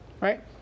right